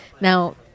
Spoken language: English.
Now